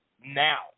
Now